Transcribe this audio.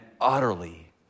utterly